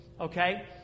okay